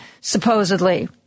supposedly